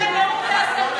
מנצל את הנאום להסתה.